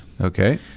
Okay